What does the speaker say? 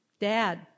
Dad